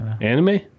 anime